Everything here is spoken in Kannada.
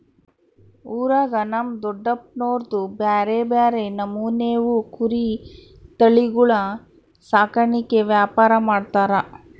ಊರಾಗ ನಮ್ ದೊಡಪ್ನೋರ್ದು ಬ್ಯಾರೆ ಬ್ಯಾರೆ ನಮೂನೆವು ಕುರಿ ತಳಿಗುಳ ಸಾಕಾಣಿಕೆ ವ್ಯಾಪಾರ ಮಾಡ್ತಾರ